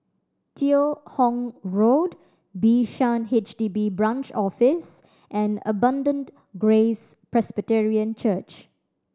Teo Hong Road Bishan H D B Branch Office and Abundant Grace Presbyterian Church